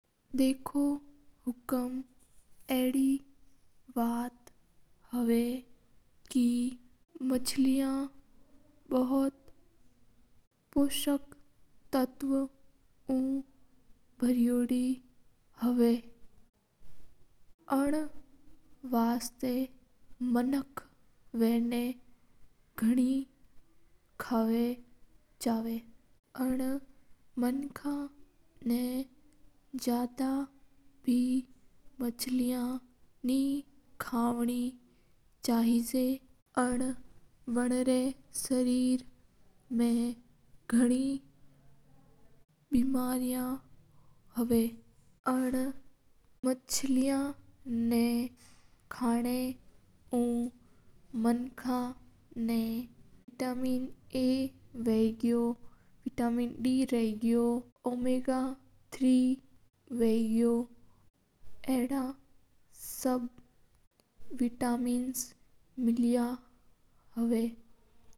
देखो सा हक माँछेल्या गणी पोसक तत्वेव भर यो दिन होवा। एं वास्ता मनक बन काव नो पसंद करा पर मनका ना ज्यादा माँछेल्या नी काव ने जोई जा क्यूं के माँछेल्या ना काव नाव गनी रोग होवा हा। माँछेल्या काव नाव विटामिन्स ए, डी होगा आ सब मिल्या करा हा।